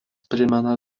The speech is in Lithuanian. primena